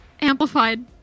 amplified